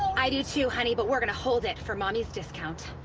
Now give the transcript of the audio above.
i do too honey, but we're gonna hold it for mommy's discount.